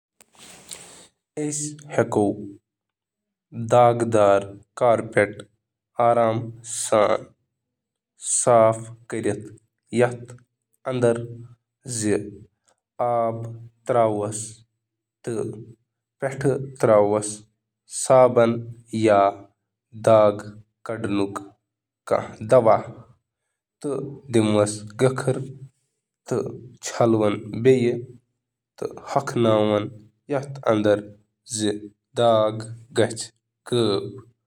داغدار قالین صاف کرنہٕ خٲطرٕ ہیٚکِو تُہۍ ہیٚکِو: فوراً داغ لگٲیِو، ہلکہٕ صاف کرنُک استعمال کٔرِو، ہلکہٕ صاف کرنُک استعمال کٔرِو، کلہٕ تہٕ خۄشٕک تہٕ ویکیوم